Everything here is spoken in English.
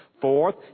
Fourth